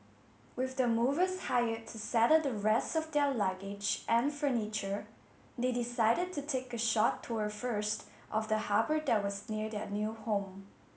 with the movers hired to settle the rest of their luggage and furniture they decided to take a short tour first of the harbour that was near their new home